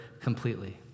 completely